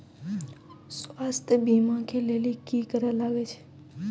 स्वास्थ्य बीमा के लेली की करे लागे छै?